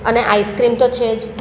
અને આઈસક્રીમ તો છે જ